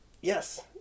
yes